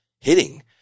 hitting